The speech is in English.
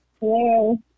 Hello